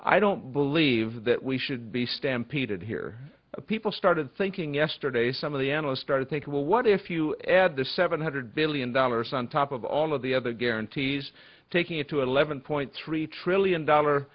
i don't believe that we should be stampeded here people started thinking yesterday some of the analysts started thinking well what if you add the seven hundred billion dollars on top of all of the other guarantees taking it to eleven point three trillion dollar